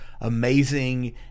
amazing